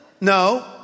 No